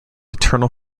eternal